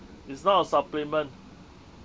it's not a supplement